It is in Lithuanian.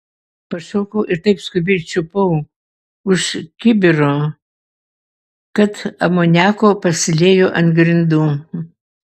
pašokau ir taip skubiai čiupau už kibiro kad amoniako pasiliejo ant grindų